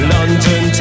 London